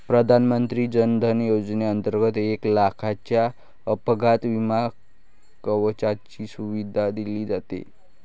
प्रधानमंत्री जन धन योजनेंतर्गत एक लाखाच्या अपघात विमा कवचाची सुविधा दिली जाते